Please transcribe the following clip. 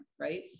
right